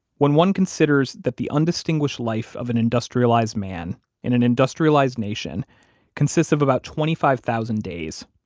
when one considers that the undistinguished life of an industrialized man in an industrialized nation consists of about twenty five thousand days,